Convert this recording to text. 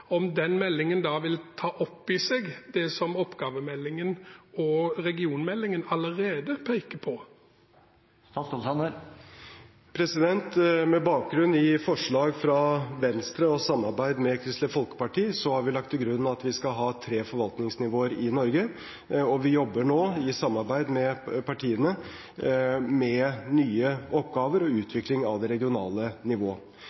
om ministeren kunne gjøre rede for om den da vil ta opp i seg det som oppgavemeldingen og regionmeldingen allerede peker på? Med bakgrunn i forslag fra Venstre og samarbeid med Kristelig Folkeparti har vi lagt til grunn at vi skal ha tre forvaltningsnivåer i Norge. Vi jobber nå, i samarbeid med partiene, med nye oppgaver og utvikling av det regionale nivået.